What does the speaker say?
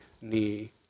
knee